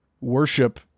worship